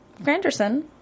Granderson